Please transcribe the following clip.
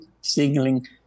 signaling